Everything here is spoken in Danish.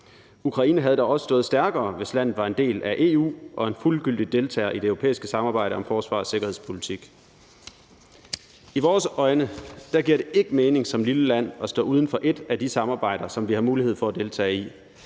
Ukraine havde dog også stået stærkere, hvis landet havde været en del af EU og en fuldgyldig deltager i det europæiske samarbejde om forsvars- og sikkerhedspolitik. I vores øjne giver det ikke mening som lille land at stå uden for et af de samarbejder, som vi har mulighed for at deltage i.